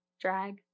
drag